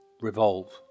revolve